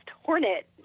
hornet